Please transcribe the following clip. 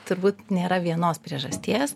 turbūt nėra vienos priežasties